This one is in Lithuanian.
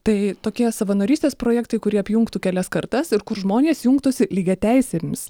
tai tokie savanorystės projektai kurie apjungtų kelias kartas ir kur žmonės jungtųsi lygiateisėmis